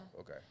Okay